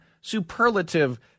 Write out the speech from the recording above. superlative